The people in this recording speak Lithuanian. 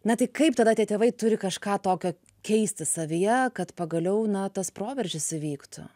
na tai kaip tada tie tėvai turi kažką tokio keisti savyje kad pagaliau na tas proveržis įvyktų